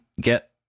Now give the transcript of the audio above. get